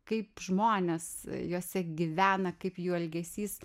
kaip žmonės juose gyvena kaip jų elgesys